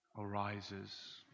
Arises